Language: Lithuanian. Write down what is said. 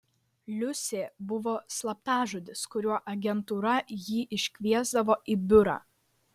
liusė buvo slaptažodis kuriuo agentūra jį iškviesdavo į biurą